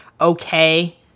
okay